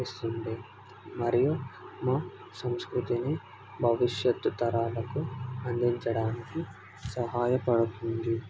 ఇస్తుంది మరియు మా సంస్కృతిని భవిష్యత్తు తరాలకు అందించడానికి సహాయపడుతుంది